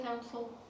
council